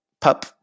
pup